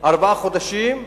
ארבעה חודשים,